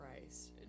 Christ